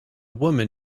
woman